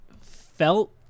felt